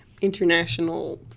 international